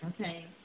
Okay